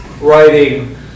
writing